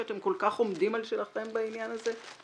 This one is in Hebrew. שאתם כל כך עומדים על שלכם בעניין הזה?